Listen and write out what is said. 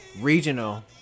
regional